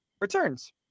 returns